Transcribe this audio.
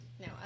No